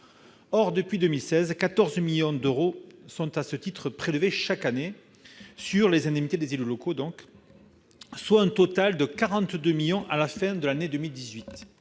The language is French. Depuis 2016, 14 millions d'euros sont prélevés à ce titre chaque année sur les indemnités des élus locaux, soit un total de 42 millions d'euros à la fin de l'année 2018.